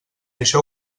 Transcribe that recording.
això